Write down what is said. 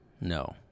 No